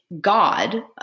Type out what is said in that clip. god